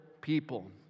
people